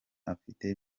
afite